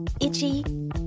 Itchy